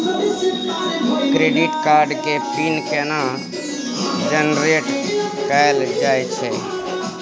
Credit card के PIN केना generate कैल जाए छै?